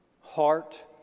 heart